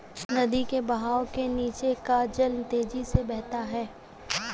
नदी के बहाव के नीचे का जल तेजी से बहता है